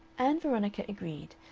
ann veronica agreed,